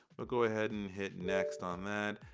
we'll go ahead and hit next on that.